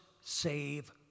save